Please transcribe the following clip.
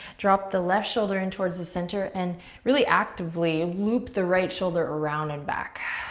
drop the left shoulder in towards the center and really actively loop the right shoulder around and back.